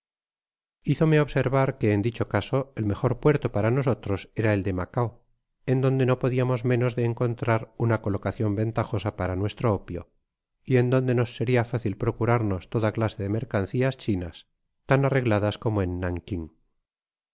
observar que en dicho caso el mejor puerto para nosotros era el de macao en donde no podiamos menos de encontrar una colocacion ventajosa para nuestro opio y en donde nos seria fácil procurarnos toda clase de mercancias chinas tan arregladas como en nanking